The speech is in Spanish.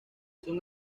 son